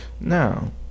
Now